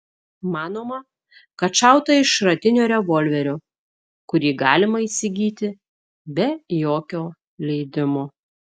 manoma kad šauta iš šratinio revolverio kurį galima įsigyti be jokio leidimo